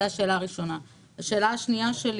השאלה השנייה: